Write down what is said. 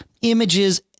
images